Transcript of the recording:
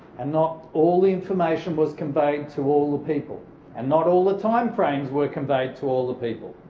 and not all the information was conveyed to all the people and not all the timeframes were conveyed to all the people.